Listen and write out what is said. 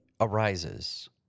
arises